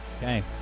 okay